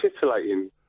titillating